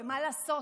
ומה לעשות?